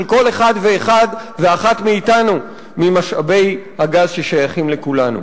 של כל אחד ואחד ואחת מאתנו ממשאבי הגז ששייכים לכולנו.